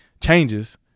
changes